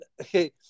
okay